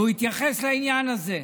ויתייחס לעניין הזה,